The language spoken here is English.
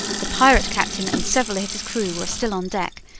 the pirate captain and several of his crew were still on deck,